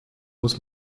muss